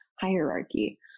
hierarchy